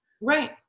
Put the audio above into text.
Right